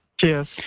Cheers